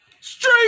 straight